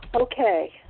Okay